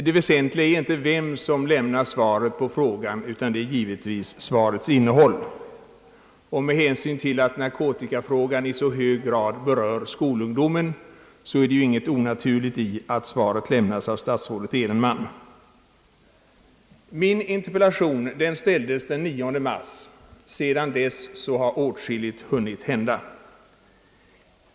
Det väsentliga är inte vem som lämnar svaret på en fråga utan givetvis svarets innehåll, och med hänsyn till att narkotikafrågan i så hög grad berör skolungdomen är det ju ingenting onaturligt i att svaret lämnas av statsrådet Edenman. Min interpellation framställdes den 9 mars. Sedan dess har åtskilligt hunnit hända.